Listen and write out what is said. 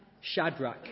Shadrach